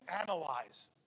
analyze